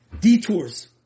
detours